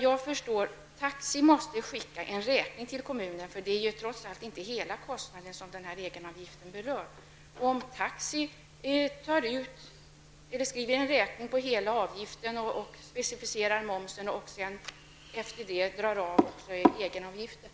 Taxiföretaget måste ju skicka en räkning till kommunen, och det är trots allt inte hela kostnaden som egenavgiften berör. Taxiföretaget skriver en räkning på hela avgiften, specificerar momsen och drar sedan av egenavgiften.